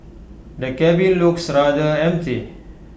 the cabin looks rather empty